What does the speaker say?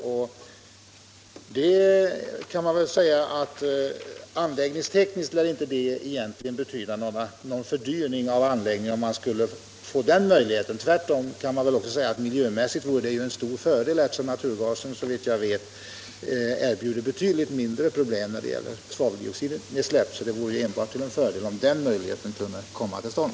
Man kan väl säga att det handläggningstekniskt inte lär innebära någon fördyrning av anläggningen, om man skulle få den möjligheten. Tvärtom vore det miljömässigt sett en stor fördel, eftersom naturgasen såvitt jag vet erbjuder betydligt mindre problem när det gäller svaveldioxidutsläpp. Det vore därför enbart en fördel om den möjligheten kunde komma till stånd.